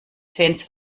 fans